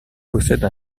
possède